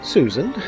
Susan